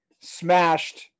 smashed